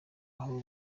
aho